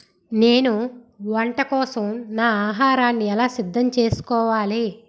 నేను వంట కోసం నా ఆహారాన్ని ఎలా సిద్ధం చేసుకోవాలి